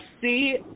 see